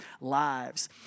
lives